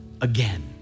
again